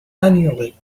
annually